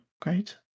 Great